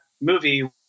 movie